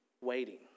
Waiting